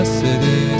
city